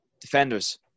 Defenders